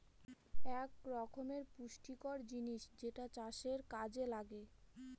এক রকমের পুষ্টিকর জিনিস যেটা চাষের কাযে লাগে